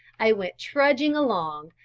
i went trudging along,